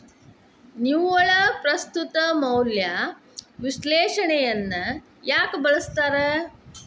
ನಿವ್ವಳ ಪ್ರಸ್ತುತ ಮೌಲ್ಯ ವಿಶ್ಲೇಷಣೆಯನ್ನ ಯಾಕ ಬಳಸ್ತಾರ